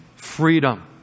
Freedom